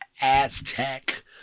Aztec